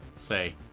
say